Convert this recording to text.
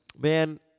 Man